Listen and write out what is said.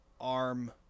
arm